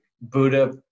Buddha